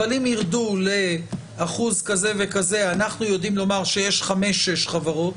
אבל אם יירדו לאחוז כזה וכזה אנחנו יודעים לומר שיש חמש-שש חברות.